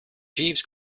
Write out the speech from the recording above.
jeeves